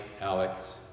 Alex